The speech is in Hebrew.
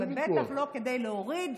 ובטח לא כדי להוריד,